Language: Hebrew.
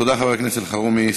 תודה, חבר הכנסת אלחרומי.